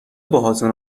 باهاتون